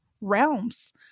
realms